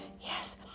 Yes